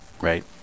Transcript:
Right